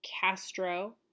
Castro